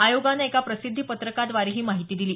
आयोगानं एका प्रसिद्धी पत्रकाद्वारे ही माहिती दिली